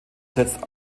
setzt